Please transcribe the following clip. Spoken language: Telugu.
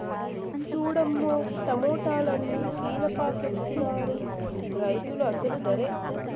సూడమ్మో టమాటాలన్ని కీలపాకెత్తనారు రైతులు అసలు దరే